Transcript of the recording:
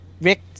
Rick